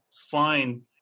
find